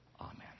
Amen